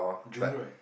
June right